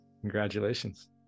Congratulations